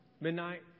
Midnight